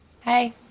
Hey